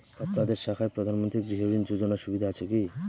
আপনাদের শাখায় প্রধানমন্ত্রী গৃহ ঋণ যোজনার সুবিধা আছে কি?